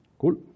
Cool